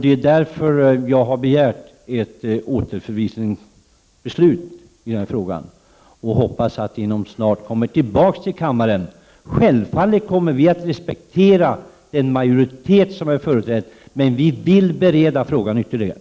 Det är därför jag har begärt ett återförvisningsbeslut i den här frågan. Jag hoppas att ärendet inom kort kommer tillbaka till kammaren. Självfallet kommer vi att respektera den majoritet som finns, men vi vill alltså bereda frågan ytterligare.